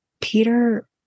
peter